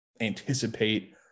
anticipate